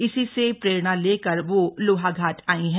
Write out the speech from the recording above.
इसी से प्रेरणा लेकर वह लोहाघाट आई हैं